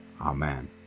amen